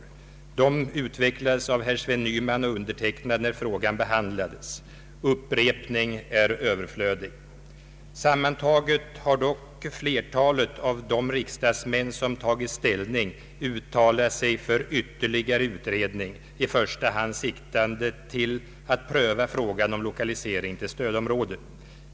De utvecklades av herr Sven Nyman och mig när frågan behandlades. Upprepning är överflödig. Sammantaget har dock flertalet av de riksdagsmän som tagit ställning uttalat sig för ytterligare utredning, i första hand siktande till att pröva frågan om lokalisering till stödområde.